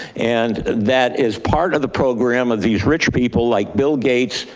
and that is part of the program of these rich people like bill gates,